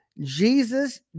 Jesus